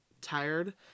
tired